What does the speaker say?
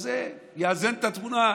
וזה יאזן את התמונה.